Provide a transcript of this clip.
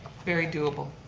very doable.